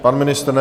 Pan ministr ne.